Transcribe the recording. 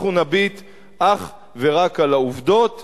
אנחנו נביט אך ורק על העובדות,